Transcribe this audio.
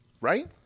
right